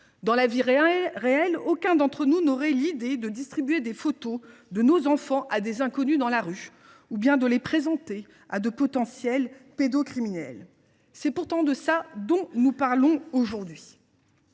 Dans la vie réelle, aucun d’entre nous n’aurait l’idée de distribuer des photos de nos enfants à des inconnus dans la rue ni même de les présenter à de potentiels pédocriminels ! C’est pourtant de cela qu’il s’agit aujourd’hui.